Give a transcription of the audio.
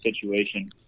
situation